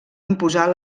imposar